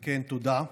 כן, תודה.